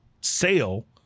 sale